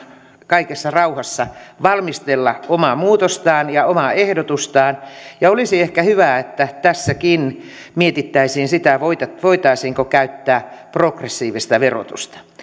kaikessa rauhassa valmistella omaa muutostaan ja omaa ehdotustaan ja olisi ehkä hyvä että tässäkin mietittäisiin sitä voitaisiinko käyttää progressiivista verotusta